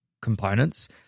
components